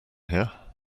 here